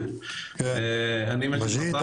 מג'יד,